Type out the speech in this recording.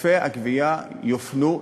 עודפי הגבייה יופנו,